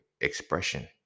expression